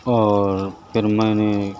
اور پھر میں نے